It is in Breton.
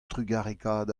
trugarekaat